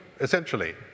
essentially